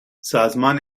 سازمان